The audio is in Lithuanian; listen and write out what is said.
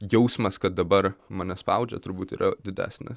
jausmas kad dabar mane spaudžia turbūt yra didesnis